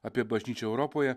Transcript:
apie bažnyčią europoje